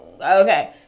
Okay